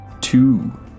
two